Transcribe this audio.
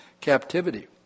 captivity